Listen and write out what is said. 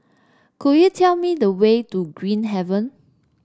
could you tell me the way to Green Haven